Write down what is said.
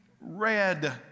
red